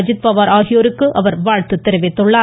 அஜித்பவார் ஆகியோருக்கு வாழ்த்து தெரிவித்துள்ளார்